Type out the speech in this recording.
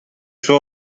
suo